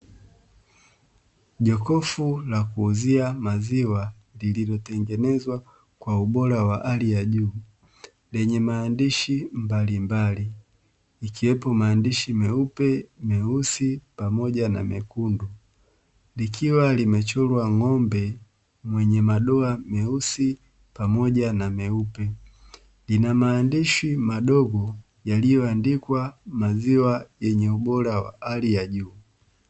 Jokofu la kuuzia maziwa lililotengenezwa kwa ubora wa hali ya juu lenye maandishi mbalimbali, ikiwepo maandishi meupe, meusi pamoja na mekundu. Likiwa limechorwa ng'ombe mwenye madoa meusi pamoja na meupe. Lina maandishi madogo yaliyoandikwa "maziwa yenye ubora wa hali ya juu".